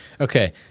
Okay